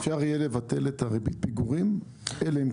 אפשר יהיה לבטל את ריבית הפיגורים אלא אם כן.